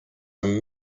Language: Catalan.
amb